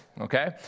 okay